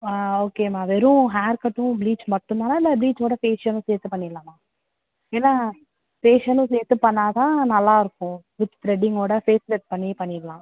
ஓகேம்மா வெறும் ஹேர் கட்டும் ப்ளீச் மட்டும் தானா இல்லை ப்ளீச்சோடு ஃபேஸியலும் சேர்த்து பண்ணிடலாமா ஏன்னா ஃபேஸியலும் சேர்த்து பண்ணால் தான் நல்லாயிருக்கும் வித் த்ரெட்டிங்கோட ஃபேஸ் த்ரெட் பண்ணி பண்ணிடலாம்